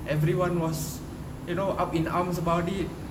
everyone was you know up in arms about it